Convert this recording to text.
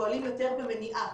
פועלים יותר במניעה.